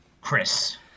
Chris